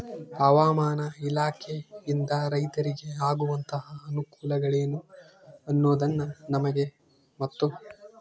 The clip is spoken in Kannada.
ಹವಾಮಾನ ಇಲಾಖೆಯಿಂದ ರೈತರಿಗೆ ಆಗುವಂತಹ ಅನುಕೂಲಗಳೇನು ಅನ್ನೋದನ್ನ ನಮಗೆ ಮತ್ತು?